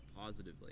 positively